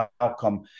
outcome